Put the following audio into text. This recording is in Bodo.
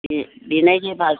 बिनायनि बाल